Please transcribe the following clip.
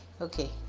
okay